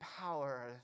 power